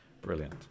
Brilliant